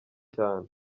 cyane